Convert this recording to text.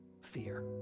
fear